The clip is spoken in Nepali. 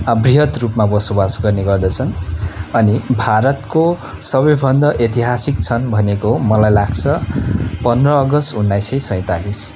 वृहत् रूपमा बसोवास गर्ने गर्दछन् अनि भारतको सबैभन्दा ऐतिहासिक क्षण भनेको मलाई लाग्छ पन्ध्र अगस्ट उन्नाइस सय सैँतालिस